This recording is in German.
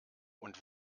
und